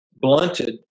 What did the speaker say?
blunted